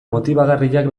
motibagarriak